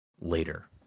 later